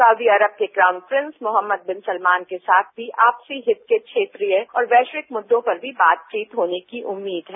Saudi Arab के crown prince Mohammed bin Salman के साथ आपसी हित के क्षेत्रीय और वैश्विक मुद्रों पर भी बातचीत होने की उम्मीद है